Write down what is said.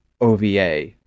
OVA